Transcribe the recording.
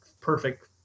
perfect